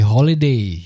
Holiday